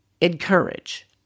encourage